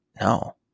no